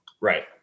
Right